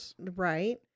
right